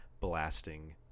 blasting